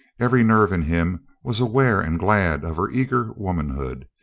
every nerve in him was aware and glad of her eager womanhood.